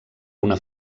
una